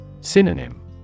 Synonym